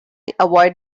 avoid